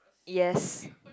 yes